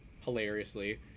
hilariously